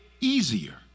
easier